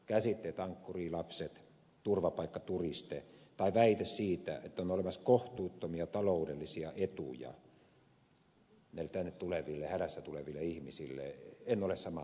käsitteet ankkurilapset ja turvapaikkaturisti tai väite siitä että on olemassa kohtuuttomia taloudellisia etuja tänne hädässä tuleville ihmisille en ole samaa mieltä näistä kysymyksistä